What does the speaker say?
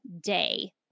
day